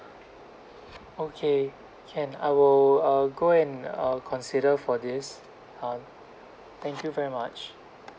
okay can I will uh go and uh consider for this um thank you very much